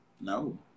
No